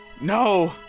No